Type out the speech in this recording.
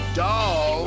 doll